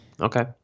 Okay